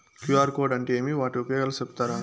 QR code అంటే ఏమి వాటి ఉపయోగాలు సెప్తారా?